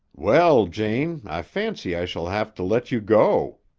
well, jane, i fancy i shall have to let you go,